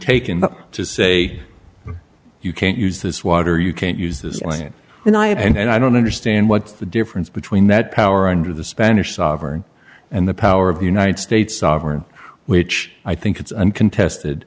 them to say you can't use this water you can't use this land and i and i don't understand what's the difference between that power under the spanish sovereign and the power of the united states sovereign which i think it's uncontested